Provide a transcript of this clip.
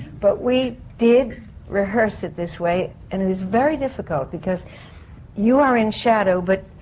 but we did rehearse it this way, and it is very difficult. because you are in shadow, but.